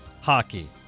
hockey